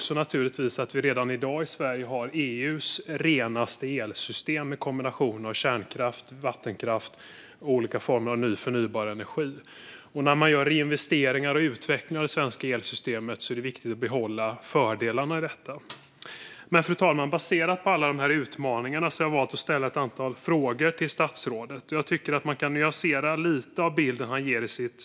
Sverige har redan i dag EU:s renaste elsystem tack vare kombinationen kärnkraft, vattenkraft och olika former av ny förnybar energi. När investeringar och utveckling av det svenska elsystemet görs är det viktigt att behålla fördelarna. Fru talman! Baserat på alla dessa utmaningar har jag valt att ställa ett antal frågor till statsrådet. Jag tycker att bilden han ger i sitt svar kan nyanseras lite.